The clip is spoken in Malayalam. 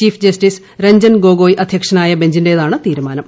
ചീഫ് ജസ്റ്റിസ് രഞ്ജൻ ഗോഗോയ് അധ്യക്ഷനായ ബെഞ്ചിന്റേതാണ് തീരുമാനം